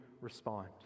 respond